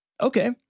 Okay